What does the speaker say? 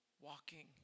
walking